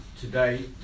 today